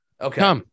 Okay